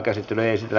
asia